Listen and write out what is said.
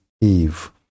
Eve